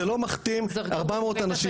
זה לא מכתים 400 אנשים.